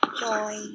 joy